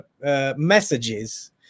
messages